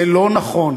זה לא נכון.